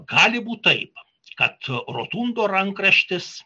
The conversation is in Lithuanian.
gali būt taip kad rotundo rankraštis